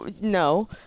no